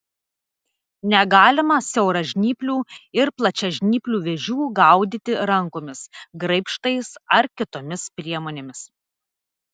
negalima siauražnyplių ir plačiažnyplių vėžių gaudyti rankomis graibštais ar kitomis priemonėmis